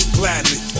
gladly